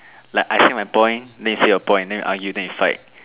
like I say my point then you say your point then we argue then you fight